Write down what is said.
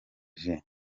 gen